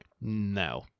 no